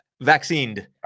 vaccinated